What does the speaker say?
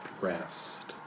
rest